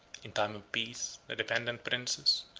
in time of peace, the dependent princes,